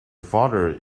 father